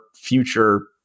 future